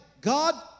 God